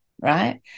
right